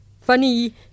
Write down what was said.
Funny